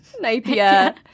Napier